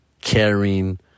caring